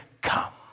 come